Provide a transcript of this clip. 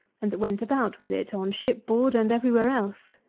and that went about with it on shipboard and every-where else.